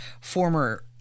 former